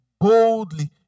boldly